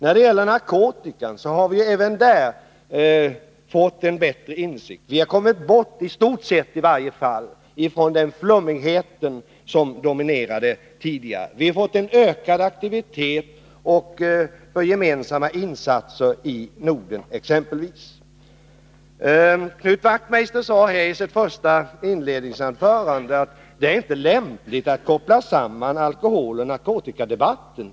Även beträffande narkotikan har vi fått bättre insikt och i stort sett kommit bort från den flummighet som dominerade tidigare. Vi har exempelvis fått en ökad aktivitet för gemensamma insatser i Norden. Knut Wachtmeister sade i sitt inledningsanförande att det inte är lämpligt att koppla samman alkoholoch narkotikadebatten.